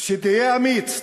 שתהיה אמיץ,